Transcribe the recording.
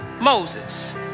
Moses